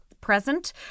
present